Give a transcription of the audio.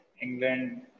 England